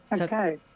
Okay